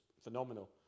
phenomenal